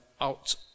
out